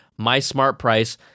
MySmartPrice